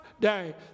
day